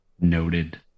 noted